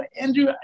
Andrew